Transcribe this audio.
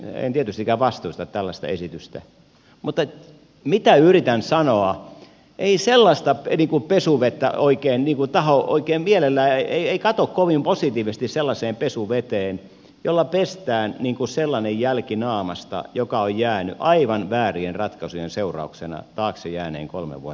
en tietystikään vastusta tällaista esitystä mutta mitä yritän sanoa ei sellaista ei tipu pesuvettä oikein niputtaa oikein vielä näin niin en katso kovin positiivisesti sellaiseen pesuveteen jolla pestään sellainen jälki naamasta joka on jäänyt sinne aivan väärien ratkaisujen seurauksena taakse jääneen kolmen vuoden aikaan